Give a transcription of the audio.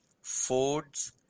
Ford's